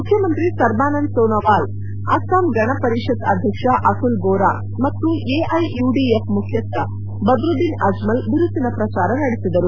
ಮುಖ್ಯಮಂತ್ರಿ ಸರ್ಬಾನಂದ ಸೋನಾವಾಲ್ ಅಸ್ಸಾಂ ಗಣ ಪರಿಷದ್ ಅಧ್ಯಕ್ಷ ಅತುಲ್ ಬೋರಾ ಮತ್ತು ಎಐಯುಡಿಎಫ್ ಮುಖ್ಯಸ್ಥ ಬದ್ರುದ್ದಿನ್ ಅಜ್ಮಲ್ ಬಿರುಸಿನ ಪ್ರಚಾರ ನಡೆಸಿದರು